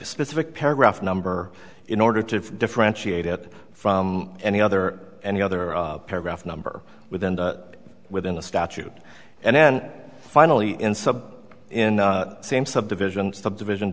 specific paragraph number in order to differentiate it from any other any other paragraph number within within the statute and then finally in sub in the same subdivision subdivision